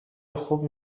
خوبی